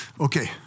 Okay